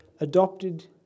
adopted